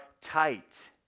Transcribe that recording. tight